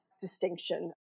distinction